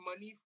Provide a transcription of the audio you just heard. money